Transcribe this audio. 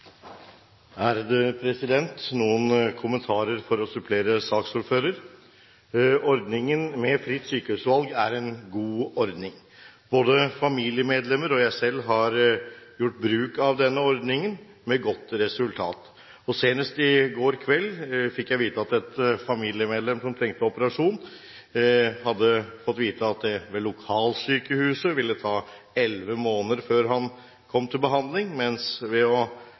selv har gjort bruk av denne ordningen med godt resultat. Senest i går kveld fikk jeg vite at et familiemedlem som trenger operasjon, hadde fått vite at det ved lokalsykehuset ville ta elleve måneder før han kom til behandling, mens han ved å